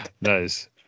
Nice